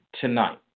tonight